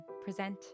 present